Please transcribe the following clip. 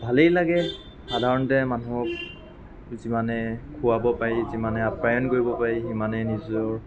ভালেই লাগে সাধাৰণতে মানুহক যিমানেই খুৱাব পাৰি যিমানে আপ্যায়ন কৰিব পাৰি সিমানে নিজৰ